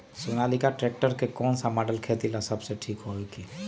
Sonalika tractor के कौन model खेती ला सबसे ठीक होई हमने की?